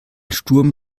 sturm